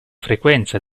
frequenza